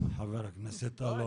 חבר הכנסת טל,